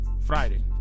Friday